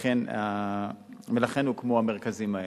ולכן הוקמו המרכזים האלה.